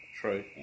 True